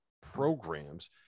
programs